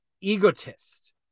egotist